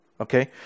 okay